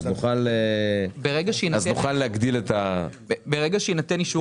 נוכל להגדיל -- ברגע שיינתן אישור